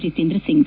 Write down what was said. Jitendra Singh